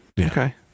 Okay